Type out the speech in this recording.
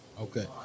Okay